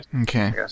okay